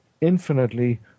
infinitely